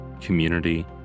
community